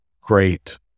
great